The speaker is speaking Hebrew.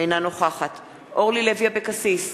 אינה נוכחת אורלי לוי אבקסיס,